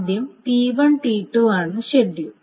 ആദ്യം T1 T2 ആണ് schedule